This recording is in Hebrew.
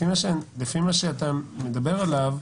לפי מה שאתה מדבר עליו,